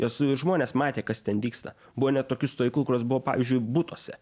nes žmonės matė kas ten vyksta buvo net tokių stovyklų kurios buvo pavyzdžiui butuose